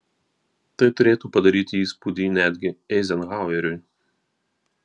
tai turėtų padaryti įspūdį netgi eizenhaueriui